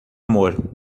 amor